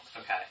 Okay